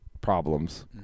problems